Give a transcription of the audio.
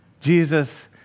Jesus